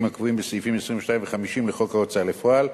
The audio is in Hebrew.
הקבועות בסעיפים 22 ו-50 לחוק ההוצאה לפועל,